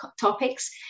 topics